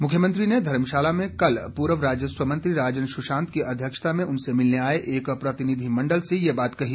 मुख्यमंत्री ने धर्मशाला में कल पूर्व राजस्व मंत्री राजन सुशांत की अध्यक्षता में उनसे मिलने आए एक प्रतिनिधिमंडल से ये बात कही